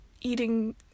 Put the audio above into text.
eating